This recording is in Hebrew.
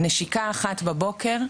נשיקה אחת בבוקר,